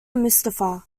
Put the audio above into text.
mustafa